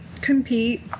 compete